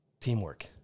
teamwork